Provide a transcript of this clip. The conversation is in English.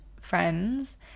friends